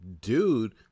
dude